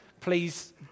please